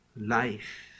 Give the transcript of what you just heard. life